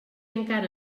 encara